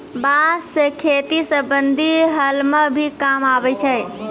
बांस सें खेती संबंधी हल म भी काम आवै छै